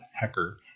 Hecker